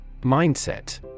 Mindset